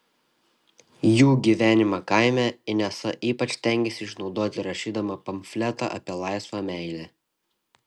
jų gyvenimą kaime inesa ypač stengėsi išnaudoti rašydama pamfletą apie laisvą meilę